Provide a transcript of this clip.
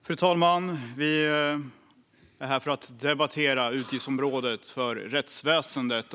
Fru talman! Vi är här för att debattera utgiftsområdet för rättsväsendet.